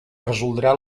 resoldrà